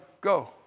go